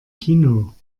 kino